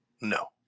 No